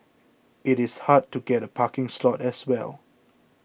it is hard to get a parking slot as well